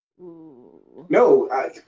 No